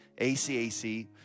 ACAC